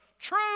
true